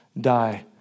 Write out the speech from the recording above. die